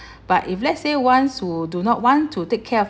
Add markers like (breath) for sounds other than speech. (breath) but if let's say ones who do not want to take care of